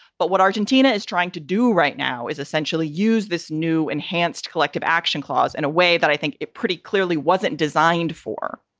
but what argentina is trying to do right now is essentially use this new enhanced collective action clause in a way that i think it pretty clearly wasn't designed for.